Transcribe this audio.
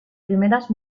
primeras